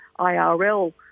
IRL